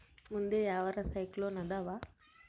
ಮುಂದೆ ಯಾವರ ಸೈಕ್ಲೋನ್ ಅದಾವ?